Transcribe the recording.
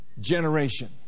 generation